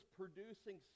producing